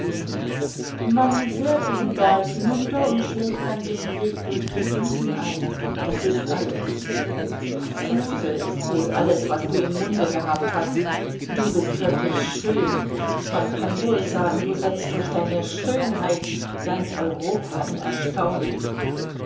man fährt den berg hinunter und schlägt dann den weg durch die wiesen ein das ist alles fusel ist wohl alles was du im munde gehabt hast du bist wirklich schön man kann wohl sagen du setzt durch deine schönheit ganz europa in erstaunen